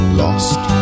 lost